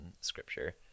Scripture